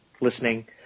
listening